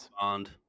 Bond